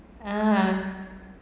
ah